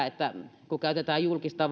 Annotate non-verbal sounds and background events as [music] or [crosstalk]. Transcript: [unintelligible] että kun käytetään julkista [unintelligible]